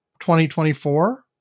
2024